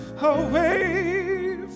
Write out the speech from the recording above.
away